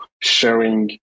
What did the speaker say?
sharing